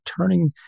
turning